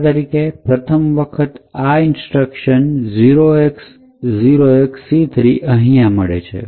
દાખલા તરીકે પ્રથમ વખત આ ઇન્સ્ટ્રક્શન 0x0XC3 અહીં મળી